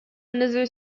another